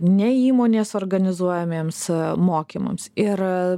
ne įmonės organizuojamiems mokymams ir